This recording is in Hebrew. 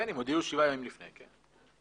כן, אם הודיעו שבעה ימים לפני אז כן.